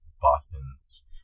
Boston's